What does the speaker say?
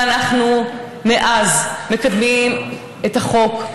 ואנחנו מאז מקדמים את החוק,